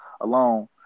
alone